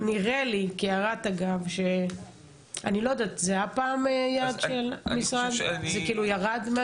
זה היה פעם יעד של המשרד וירד?